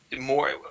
more